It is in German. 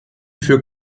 für